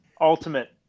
ultimate